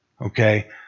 okay